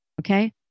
Okay